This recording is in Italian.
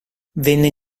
venne